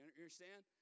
understand